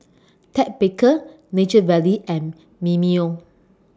Ted Baker Nature Valley and Mimeo